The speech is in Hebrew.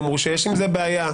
אמרו שיש עם זה בעיה,